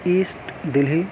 asset Delhi